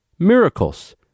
Miracles